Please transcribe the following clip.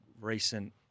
recent